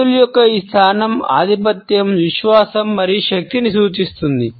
చేతుల యొక్క ఈ స్థానం ఆధిపత్యం విశ్వాసం మరియు శక్తిని సూచిస్తుంది